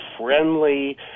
friendly